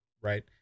right